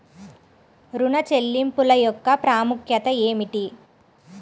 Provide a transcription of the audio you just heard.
ఋణ చెల్లింపుల యొక్క ప్రాముఖ్యత ఏమిటీ?